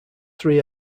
three